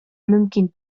мөмкин